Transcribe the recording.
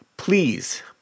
Please